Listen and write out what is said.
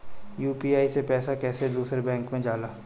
UPI से पैसा कैसे दूसरा बैंक मे जाला?